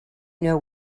know